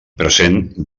present